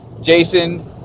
Jason